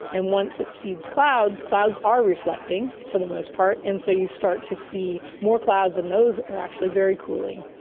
and once it seeds clouds, clouds are reflecting, for the most part, and so you start to see more clouds and those are actually very cooling.